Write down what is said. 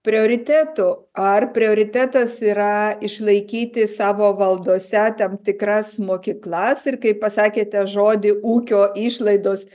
prioritetų ar prioritetas yra išlaikyti savo valdose tam tikras mokyklas ir kai pasakėte žodį ūkio išlaidos